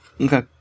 Okay